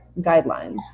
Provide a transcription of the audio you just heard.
guidelines